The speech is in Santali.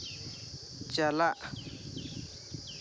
ᱪᱟᱞᱟᱜ